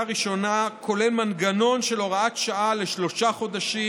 ראשונה כולל מנגנון של הוראת שעה לשלושה חודשים,